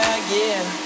again